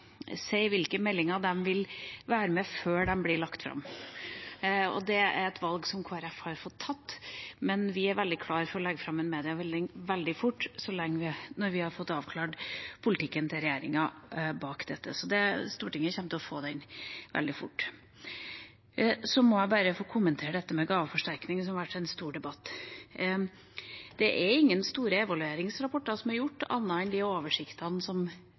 si hvilke meldinger de vil være med i, før de blir lagt fram. Det er et valg som Kristelig Folkeparti har fått ta. Vi er veldig klare for å legge fram en mediemelding veldig snart når vi har fått avklart politikken til regjeringa bak dette, så Stortinget kommer til å få den veldig snart. Så må jeg bare få kommentere dette med gaveforsterkningsordningen, som ble en stor debatt. Det er ingen store evalueringsrapporter som er gjort annet enn de oversiktene som